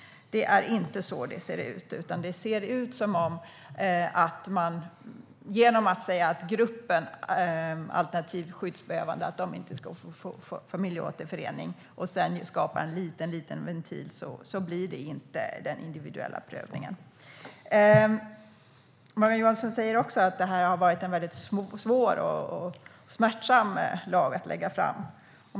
Det är inte så det ser ut. Genom att säga att gruppen alternativt skyddsbehövande inte ska få möjlighet till familjeåterförening och sedan skapa en liten ventil får man inte den individuella prövningen. Morgan Johansson säger också att det här har varit en väldigt svår och smärtsam lag att lägga fram.